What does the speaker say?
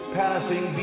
passing